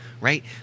right